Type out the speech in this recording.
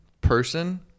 person